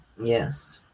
Yes